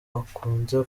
akunze